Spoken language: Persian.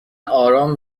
آرام